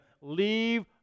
leave